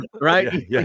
Right